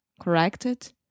corrected